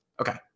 Okay